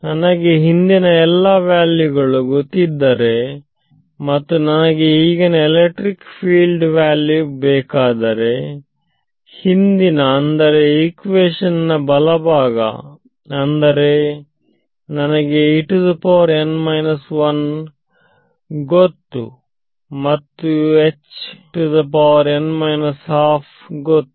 ನನಗೆ ಹಿಂದಿನ ಎಲ್ಲಾ ವ್ಯಾಲ್ಯೂಗಳು ಗೊತ್ತಿದ್ದರೆ ಮತ್ತು ನನಗೆ ಈಗಿನ ಎಲೆಕ್ಟ್ರಿಕ್ ಫೀಲ್ಡ್ ವ್ಯಾಲ್ಯೂ ಬೇಕಾದರೆಹಿಂದಿನ ಅಂದರೆ ಇಕ್ವೇಶನ್ ನ ಬಲಭಾಗ ಅಂದರೆ ನನಗೆ ಗೊತ್ತು ಮತ್ತು ಗೊತ್ತು